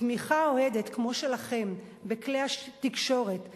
תמיכה אוהדת כמו שלכם בכלי התקשורת,